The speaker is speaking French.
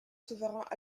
souverains